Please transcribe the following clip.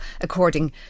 according